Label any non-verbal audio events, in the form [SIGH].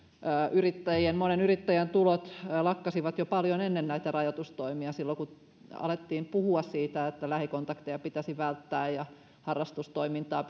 monen yrittäjän tulot lakkasivat jo paljon ennen näitä rajoitustoimia silloin kun alettiin puhua siitä että lähikontakteja pitäisi välttää ja harrastustoimintaa [UNINTELLIGIBLE]